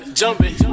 jumping